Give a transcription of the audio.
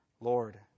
Lord